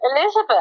Elizabeth